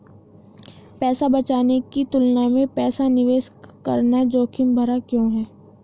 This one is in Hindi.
पैसा बचाने की तुलना में पैसा निवेश करना जोखिम भरा क्यों है?